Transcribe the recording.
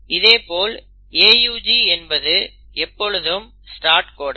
இதேபோல் AUG என்பது எப்பொழுதும் ஸ்டார்ட் கோடன்